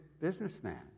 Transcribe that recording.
businessman